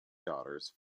daughters